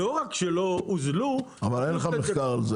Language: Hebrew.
לא רק שלא הוזלו --- אבל אין לך מחקר על זה.